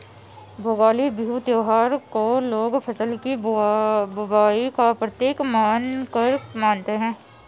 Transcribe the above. भोगाली बिहू त्योहार को लोग फ़सल की बुबाई का प्रतीक मानकर मानते हैं